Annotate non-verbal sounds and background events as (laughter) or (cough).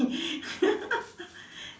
(laughs)